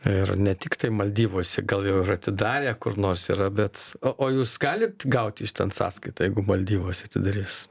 ir ne tiktai maldyvuose gal jau ir atidarę kur nors yra bet o jūs galit gauti iš ten sąskaitą jeigu maldyvuose atidarys